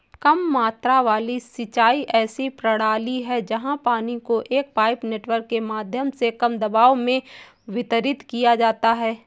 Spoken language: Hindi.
कम मात्रा वाली सिंचाई ऐसी प्रणाली है जहाँ पानी को एक पाइप नेटवर्क के माध्यम से कम दबाव में वितरित किया जाता है